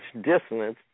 dissonance